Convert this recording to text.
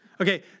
Okay